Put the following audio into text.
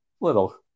little